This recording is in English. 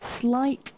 slight